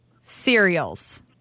cereals